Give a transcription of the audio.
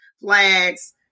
flags